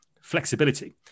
flexibility